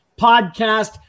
podcast